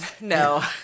No